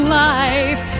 life